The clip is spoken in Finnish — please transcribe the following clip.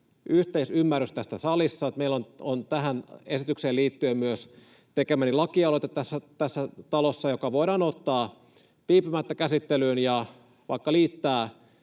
yhteisymmärrys tässä salissa. Meillä on tähän esitykseen liittyen tässä talossa myös tekemäni lakialoite, joka voidaan ottaa viipymättä käsittelyyn ja vaikka liittää